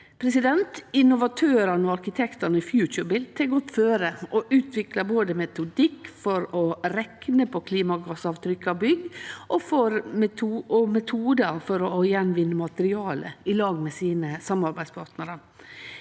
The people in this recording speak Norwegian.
miljøet. Innovatørane og arkitektane i FutureBuilt går føre og utviklar både metodikk for å rekne på klimagassavtrykk av bygg og metodar for å bruke om att materiale, i lag med sine samarbeidspartnarar.